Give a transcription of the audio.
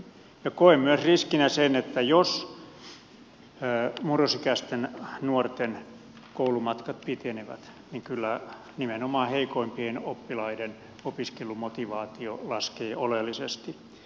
koen riskinä myös sen että jos murrosikäisten nuorten koulumatkat pitenevät niin kyllä nimenomaan heikoimpien oppilaiden opiskelumotivaatio laskee oleellisesti